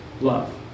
love